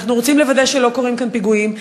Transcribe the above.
אנחנו רוצים לוודא שלא קורים כאן פיגועים,